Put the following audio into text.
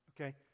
okay